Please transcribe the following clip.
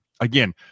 again